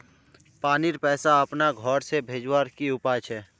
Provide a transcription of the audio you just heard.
पानीर पैसा अपना घोर से भेजवार की उपाय छे?